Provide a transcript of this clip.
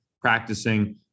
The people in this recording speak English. practicing